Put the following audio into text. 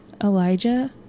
Elijah